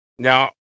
Now